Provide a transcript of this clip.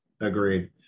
Agreed